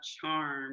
charm